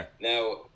Now